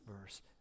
verse